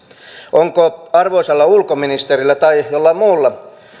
onko arvoisalla ulkoministerillä tai jollain muulla